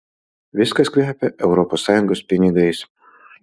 viskas kvepia europos sąjungos pinigais